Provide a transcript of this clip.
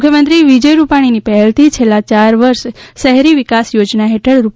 મુખ્યમંત્રી વિજય રૂપાણીની પહેલથી છેલ્લા યાર વર્ષ શહેરી વિકાસ યોજના હેઠળ રૂ